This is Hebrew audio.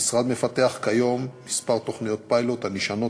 המשרד מפתח כיום כמה תוכניות פיילוט הנשענות